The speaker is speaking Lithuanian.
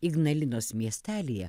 ignalinos miestelyje